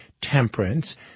temperance